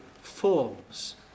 forms